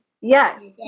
Yes